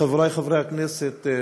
חברי חברי הכנסת,